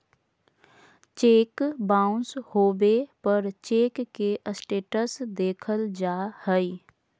cheque bounce होबे पर cheque के स्टेटस देखल जा हइ